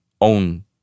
own